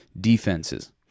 defenses